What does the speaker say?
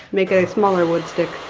make a smaller would stick.